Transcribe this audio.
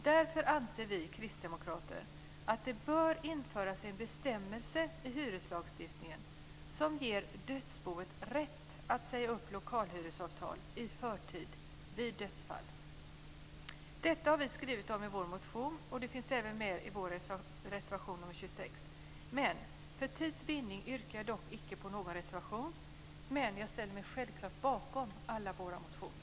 Därför anser vi kristdemokrater att det bör införas en bestämmelse i hyreslagstiftningen som ger dödsboet rätt att säga upp lokalhyresavtal i förtid vid dödsfall. Detta har vi skrivit om i vår motion, och det finns även med i vår reservation nr 26. För tids vinning yrkar jag dock inte bifall till någon reservation, men jag ställer mig självklart bakom alla våra motioner.